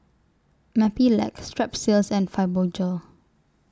Mepilex Strepsils and Fibogel